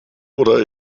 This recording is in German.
oder